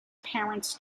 parents